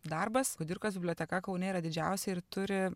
darbas kudirkos biblioteka kaune yra didžiausia ir turi